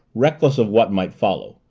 reckless of what might follow.